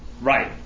Right